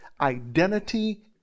identity